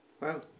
Wow